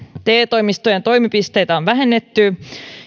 te toimistojen toimipisteitä on vähennetty